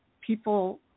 people